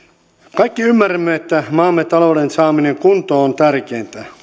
kaikki ymmärrämme että maamme talouden saaminen kuntoon on tärkeintä